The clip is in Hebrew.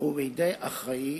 ובידי אחראי